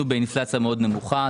באינפלציה מאוד נמוכה,